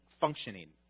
functioning